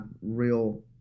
real